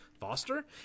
Foster